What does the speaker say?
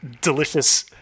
delicious